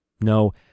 No